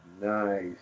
Nice